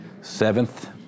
seventh